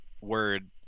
word